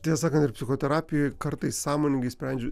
tiesą sakant ir psichoterapijoj kartais sąmoningai sprendžiu